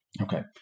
Okay